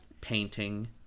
painting